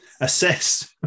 assess